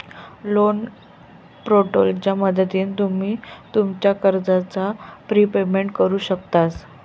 loan पोर्टलच्या मदतीन तुम्ही तुमच्या कर्जाचा प्रिपेमेंट करु शकतास